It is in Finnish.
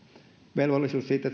velvollisuus siitä